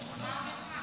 שר למה?